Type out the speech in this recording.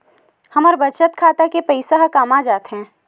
हमर बचत खाता के पईसा हे कामा जाथे?